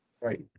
Right